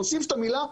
להוסיף את המילה,